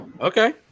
Okay